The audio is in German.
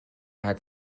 hat